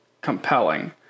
compelling